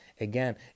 again